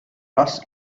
bus